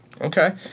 Okay